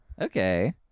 okay